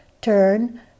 turn